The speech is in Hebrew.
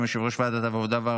הנושא הבא על סדר-היום, הצעת